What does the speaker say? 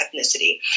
ethnicity